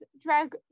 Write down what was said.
Drag